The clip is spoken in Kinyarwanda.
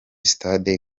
sitade